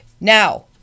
Now